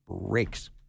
breaks